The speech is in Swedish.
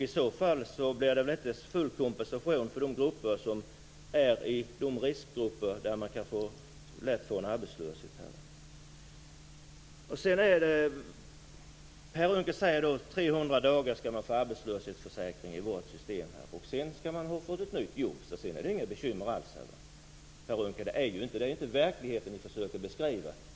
I så fall blir det inte full kompensation för dem som är i de riskgrupper där man lätt kan bli arbetslös. Per Unckel säger: I 300 dagar får man arbetslöshetsförsäkring i vårt system. Sedan skall man ha fått ett nytt jobb. Sedan finns det alltså inga bekymmer alls. Det är inte verkligheten ni försöker beskriva, Per Unckel!